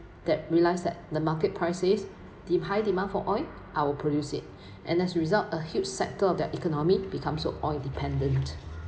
that realised that the market crisis the high demand for oil I'll produce it and as a result a huge sector of the economy becomes so oil dependent